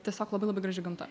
tiesiog labai labai graži gamta